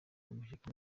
amashyaka